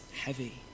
heavy